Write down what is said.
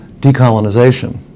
decolonization